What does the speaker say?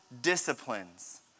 disciplines